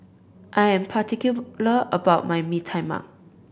I am particular about my Mee Tai Mak